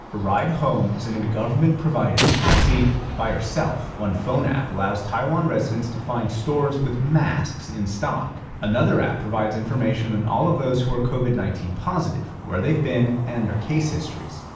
her ride home was in a government provided taxi by herself. one phone app allows taiwan residents to find stores with masks in stock. another app provides information on all of those who are covid nineteen positive, where they've been, and their case histories.